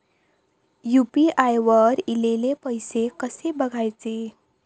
UPI वर ईलेले पैसे कसे बघायचे?